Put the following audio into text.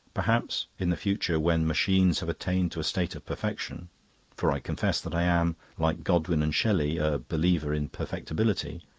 perhaps, in the future, when machines have attained to a state of perfection for i confess that i am, like godwin and shelley, a believer in perfectibility,